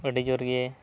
ᱟᱹᱰᱤ ᱡᱳᱨ ᱜᱮ